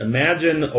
Imagine